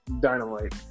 Dynamite